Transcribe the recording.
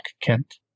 Kent